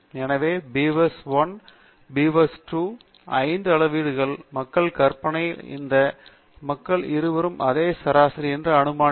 எனவே நான் பீவர்ஸ்1 ஐந்து வாசிப்புகளை மக்கள் மற்றும் பீவர்ஸ்2 ஐந்து அளவீடுகள் மக்கள் கற்பனை நான் இந்த மக்கள் இருவரும் அதே சராசரி என்று அனுமானித்து